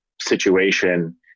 situation